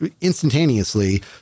instantaneously